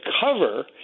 cover